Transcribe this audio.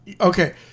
Okay